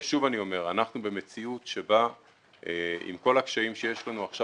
שוב אני אומר שאנחנו במציאות בה עם כל הקשיים שיש לנו עכשיו